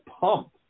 pumped